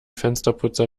fensterputzer